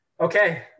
Okay